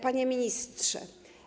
Panie Ministrze!